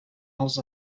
els